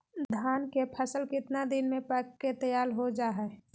धान के फसल कितना दिन में पक के तैयार हो जा हाय?